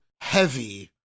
heavy